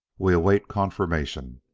we await confirmation.